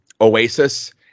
Oasis